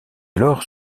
alors